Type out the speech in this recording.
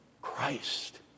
Christ